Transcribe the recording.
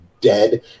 dead